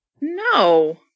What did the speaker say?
No